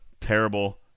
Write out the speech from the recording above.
terrible